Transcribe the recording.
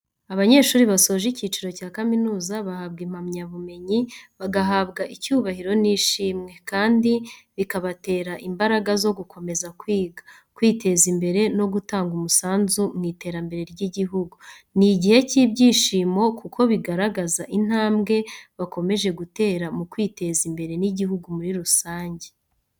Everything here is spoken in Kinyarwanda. Abanyeshuri basoje icyiciro cya kaminuza bahabwa impamyabumenyi, bagahabwa icyubahiro n'ishimwe, kandi bikabatera imbaraga zo gukomeza kwiga, kwiteza imbere, no gutanga umusanzu mu iterambere ry'igihugu. Ni igihe cy'ibyishimo, kuko bigaragaza intambwe bakomeje gutera mu kwiteza imbere n'igihugu muri rusange.